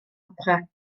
opera